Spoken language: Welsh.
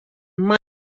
maip